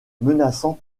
menaçant